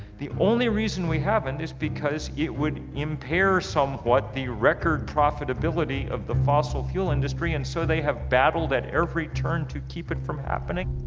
the only reason we haven't is because it would impair somewhat the record profitability of the fossil fuel industry and so they have battled at every turn to keep it from happening.